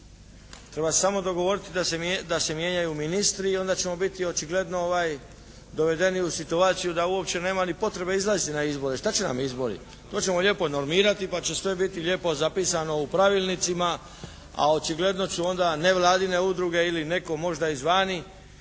Treba se samo dogovoriti da se mijenjaju ministri i onda ćemo biti očigledno dovedeni u situaciju da uopće nema ni potrebe izlaziti na izbore. Šta će nam izbori? To ćemo lijepo normirati pa će sve biti lijepo zapisano u pravilnicima, a očigledno će onda nevladine udruge ili netko možda izvana